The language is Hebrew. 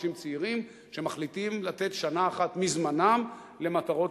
אנשים צעירים שמחליטים לתת שנה אחת מזמנם למטרות